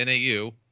nau